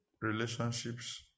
relationships